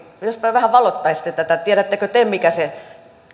jospa vähän valottaisitte tätä tiedättekö te mikä se